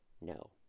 no